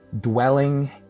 dwelling